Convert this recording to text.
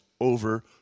over